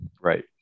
right